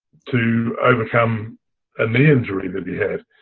to overcome and the injury that he had.